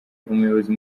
umuyobozi